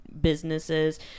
businesses